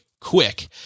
quick